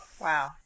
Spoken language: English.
Wow